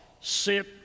sit